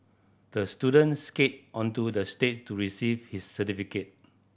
the student skated onto the stage to receive his certificate